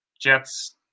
Jets